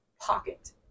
pocket